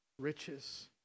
riches